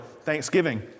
Thanksgiving